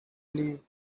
leave